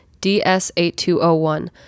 DS8201